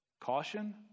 caution